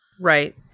right